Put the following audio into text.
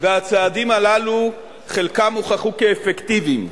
והצעדים הללו, חלקם הוכחו כאפקטיביים.